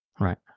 right